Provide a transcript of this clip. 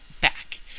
back